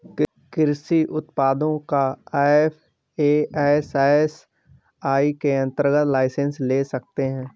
कृषि उत्पादों का एफ.ए.एस.एस.आई के अंतर्गत लाइसेंस ले सकते हैं